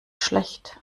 schlecht